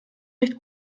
recht